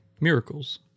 Miracles